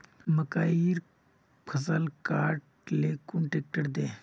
मकईर फसल काट ले कुन ट्रेक्टर दे?